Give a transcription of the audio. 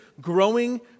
growing